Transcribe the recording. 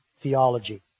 theology